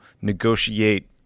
negotiate